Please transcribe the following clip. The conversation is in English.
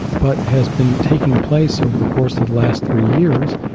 but has been taking place over the course of the last three years.